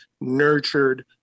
nurtured